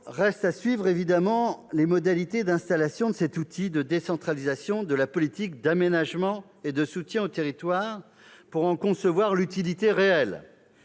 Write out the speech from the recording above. reste à suivre évidemment les modalités d'installation de cet outil de décentralisation de la politique d'aménagement et de soutien aux territoires afin d'en concevoir l'utilité réelle.